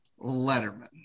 Letterman